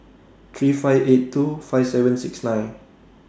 three five eight two five seven six nine